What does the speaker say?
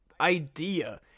idea